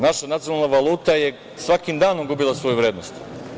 Naša nacionalna valuta je svakim danom gubila svoju vrednost.